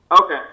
Okay